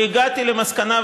והגעתי למסקנה,